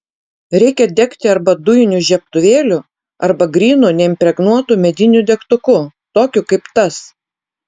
reikia degti arba dujiniu žiebtuvėliu arba grynu neimpregnuotu mediniu degtuku tokiu kaip tas